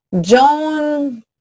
Joan